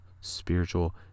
spiritual